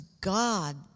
God